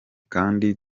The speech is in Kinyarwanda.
kandi